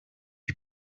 you